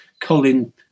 Colin